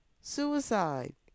suicide